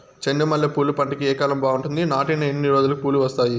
చెండు మల్లె పూలు పంట కి ఏ కాలం బాగుంటుంది నాటిన ఎన్ని రోజులకు పూలు వస్తాయి